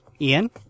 Ian